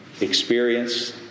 experience